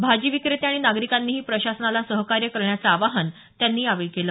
भाजीविक्रेते आणि नागरिकांनीही प्रशासनाला सहकार्य करण्याचं आवाहन त्यांनी यावेळी केलं